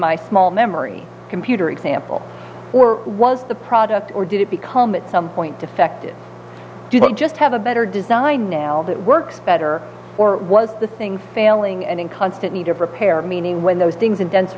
my small memory computer example or was the product or did it become at some point defective didn't just have a better design now it works better or was the thing failing and in constant need of repair meaning when those dings and den